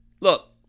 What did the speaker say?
look